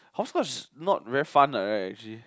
hopscotch is not very fun what really